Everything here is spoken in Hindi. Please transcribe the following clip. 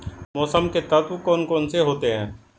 मौसम के तत्व कौन कौन से होते हैं?